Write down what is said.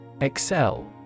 Excel